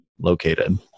located